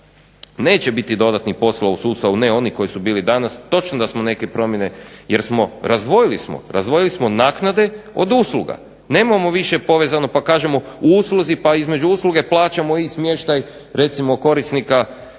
Neće biti dodatnih poslova u sustavu ne onih koji su bili danas. Točno da smo neke promjene jer smo razdvojili smo, razdvojili smo naknade od usluga. Nemamo više povezano pa kažemo u usluzi pa između usluge plaćamo i smještaj recimo korisnika